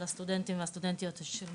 על הסטודנטים והסטודנטיות של מה"ט.